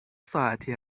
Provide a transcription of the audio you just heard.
ساعتی